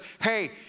hey